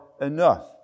enough